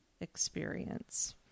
experience